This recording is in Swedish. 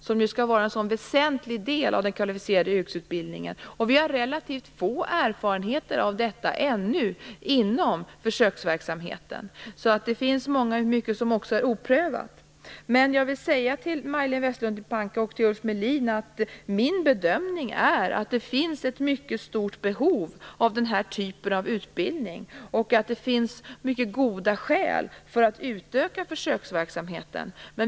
Den skall ju vara en väsentlig del av den kvalificerade yrkesutbildningen. Vi har ännu relativt få erfarenheter av detta inom försöksverksamheten. Det finns alltså mycket som är oprövat. Jag vill dock säga till Majléne Westerlund Panke och Ulf Melin att min bedömning är att det finns ett mycket stort behov av den här typen av utbildning, och att det finns mycket goda skäl för att utöka försöksverksamheten.